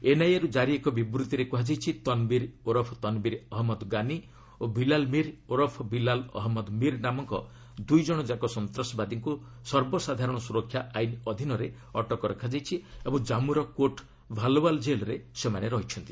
ଏନ୍ଆଇଏରୁ କାରି ଏକ ବିବୃତ୍ତିରେ କୁହାଯାଇଛି ତନ୍ବୀର ଓରଫ୍ ତନ୍ବୀର ଅହମ୍ମଦ ଗାନି ଓ ବିଲାଲ୍ ମୀର ଓରଫ୍ ବିଲାଲ୍ ଅହମ୍ମଦ ମୀର ନାମକ ଦୁଇ ଜଣଯାକ ସନ୍ତସବାଦୀଙ୍କୁ ସର୍ବସାଧାରଣ ସୁରକ୍ଷା ଆଇନ ଅଧୀନରେ ଅଟକ ରଖାଯାଇଛି ଓ ଜନ୍ମୁର କୋର୍ଟ ଭାଲ୍ୱାଲ୍ କେଲ୍ରେ ସେମାନେ ଅଛନ୍ତି